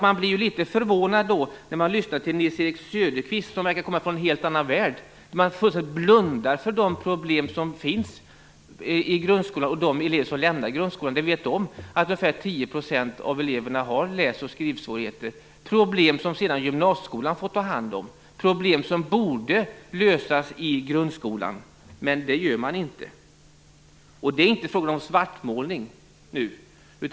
Man blir då litet förvånad när man lyssnar på Nils-Erik Söderqvist, som verkar komma från en helt annan värld. Han tycks fullständigt blunda för de problem som finns i grundskolan. Vi vet ju om att av de elever som lämnar grundskolan har ungefär 10 % läs och skrivsvårigheter, problem som sedan gymnasieskolan får ta hand om, problem som borde lösas i grundskolan men som inte löses där. Det här är inte fråga om svartmålning.